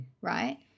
Right